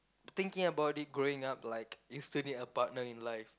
thinking about it growing up like you still need a partner in life